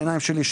בעיניים שלי,